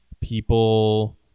people